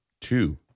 two